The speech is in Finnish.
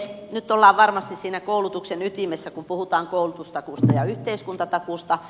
nyt ollaan varmasti siinä koulutuksen ytimessä kun puhutaan koulutustakuusta ja yhteiskuntatakuusta